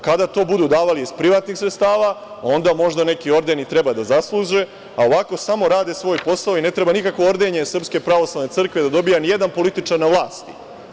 Kada to budu davali iz privatnih sredstava, onda možda neki orden i treba da zasluže, a ovako samo rade svoj posao i ne treba nikakvo ordenje SPC da dobija ni jedan političar na vlasti.